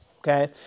Okay